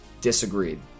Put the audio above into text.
disagreed